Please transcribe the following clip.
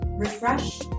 Refresh